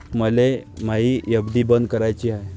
मले मायी एफ.डी बंद कराची हाय